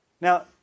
Now